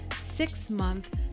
six-month